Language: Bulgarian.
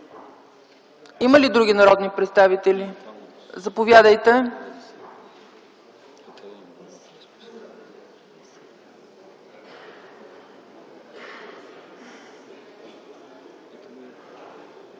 Няма. Други народни представители? Заповядайте.